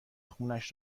خونش